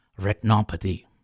retinopathy